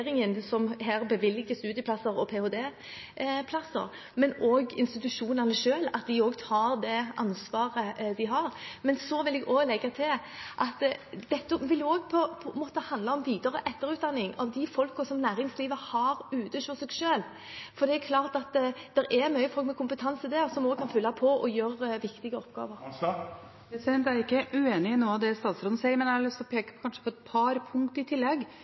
som her bevilger studieplasser og ph.d.-plasser, og institusjonene selv, som også må ta det ansvaret de har. Dette vil også måtte handle om videre- og etterutdanning av de menneskene som næringslivet har ute hos seg selv, for det er klart at det er mye folk med kompetanse der ute, som også vil «fylle på» og gjøre viktige oppgaver. Jeg er ikke uenig i noe av det statsråden sier, men jeg har lyst til å peke på et par punkter i tillegg.